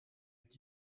het